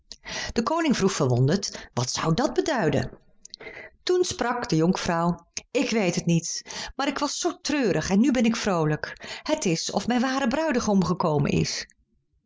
de koning vroeg verwonderd wat zou dat beduiden toen sprak de jonkvrouw ik weet het niet maar ik was zoo treurig en nu ben ik vroolijk het is of mijn ware bruidegom gekomen is